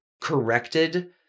corrected